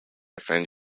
offend